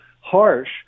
harsh